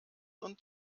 und